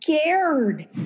scared